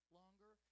longer